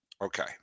Okay